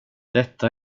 detta